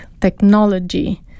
technology